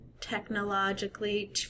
technologically